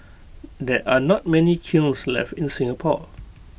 there are not many kilns left in Singapore